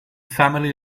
family